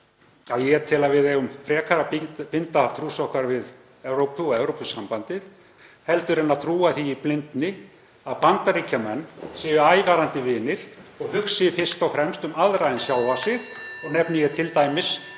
að ég tel að við eigum frekar að binda trúss okkar við Evrópu og Evrópusambandið heldur en að trúa því í blindni að Bandaríkjamenn séu ævarandi vinir og hugsi fyrst og fremst um aðra en sjálfa sig. (Forseti